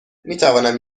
میتوانم